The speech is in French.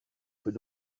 peut